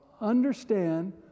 understand